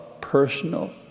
personal